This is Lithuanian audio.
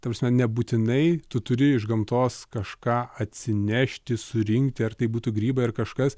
ta prasme nebūtinai tu turi iš gamtos kažką atsinešti surinkti ar tai būtų grybai ar kažkas